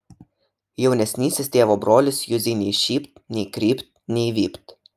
jaunesnysis tėvo brolis juzei nei šypt nei krypt nei vypt